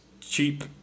cheap